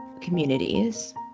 communities